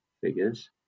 figures